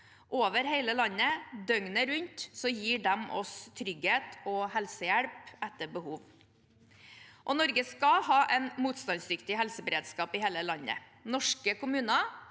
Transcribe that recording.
Over hele landet, døgnet rundt, gir de oss trygghet og helsehjelp etter behov. Norge skal ha en motstandsdyktig helseberedskap i hele landet. Norske kommuner